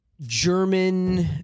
German